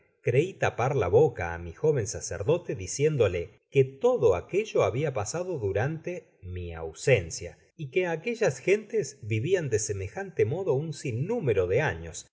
crei tapar la boca á mi joven sacerdote diciéndole que todo aquello habia pasado durante mi ausencia y que aquellas gentes vivian de semejante modo un sinnúmero de años